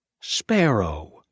Sparrow